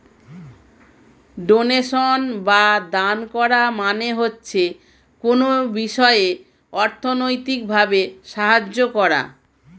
donation বা দান করা মানে হচ্ছে কোনো বিষয়ে অর্থনৈতিক ভাবে সাহায্য করা